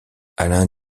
alain